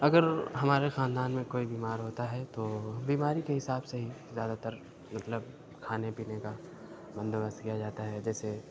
اگر ہمارے خاندان میں کوئی بیمار ہوتا ہے تو بیماری کے حساب سے ہی زیادہ تر مطلب کھانے پینے کا بندوبست کیا جاتا ہے جیسے